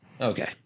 Okay